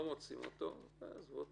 נכנס למחתרת ולא מוצאים אותו ועזבו אותו.